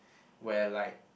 where like